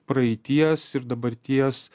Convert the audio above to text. praeities ir dabarties